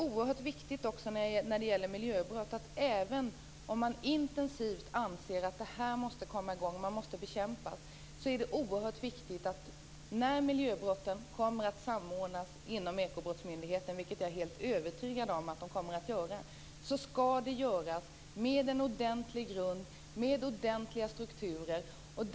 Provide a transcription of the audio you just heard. Jag är helt övertygad om att miljöbrotten kommer att samordnas inom Ekobrottsmyndigheten. Det skall göras med en ordentlig grund och med ordentliga strukturer.